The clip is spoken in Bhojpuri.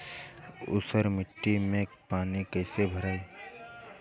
ऊसर मिट्टी में पानी कईसे भराई?